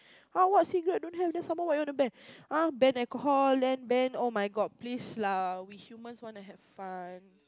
!huh! what cigarette don't have then some more what you want to ban ah ban alcohol then ban oh-my-God please lah we humans want to have fun